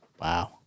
Wow